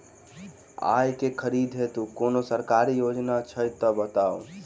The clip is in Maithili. आइ केँ खरीदै हेतु कोनो सरकारी योजना छै तऽ बताउ?